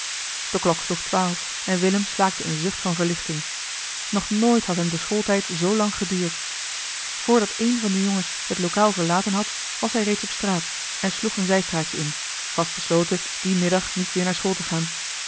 de klok sloeg twaalf en willem slaakte een zucht van verlichting nog nooit had hem de schooltijd zoolang geduurd voordat één van de jongens het lokaal verlaten had was hij reeds op straat en sloeg een zijstraatje in vast besloten dien middag niet weer naar school te gaan